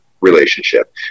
relationship